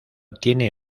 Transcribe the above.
tiene